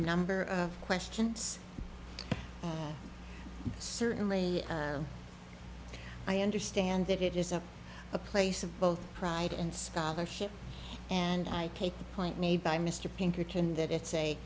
number of questions certainly i understand that it is a place of both pride and scholarship and i take the point made by mr pinkerton that it's a